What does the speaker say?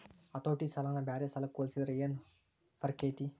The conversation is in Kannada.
ಹತೋಟಿ ಸಾಲನ ಬ್ಯಾರೆ ಸಾಲಕ್ಕ ಹೊಲ್ಸಿದ್ರ ಯೆನ್ ಫರ್ಕೈತಿ?